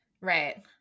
Right